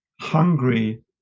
hungry